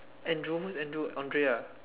Andrew who's Andrew Andrea ah